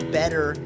better